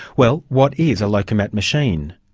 well, what is a lokomat machine?